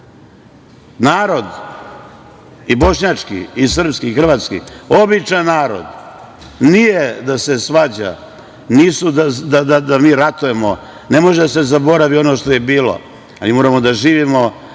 Bakir. Narod, i bošnjački i srpski i hrvatski, običan narod nije da se svađa, nisu da mi ratujemo, ne može da se zaboravi ono što je bilo, ali mi moramo da živimo,